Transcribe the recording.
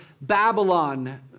Babylon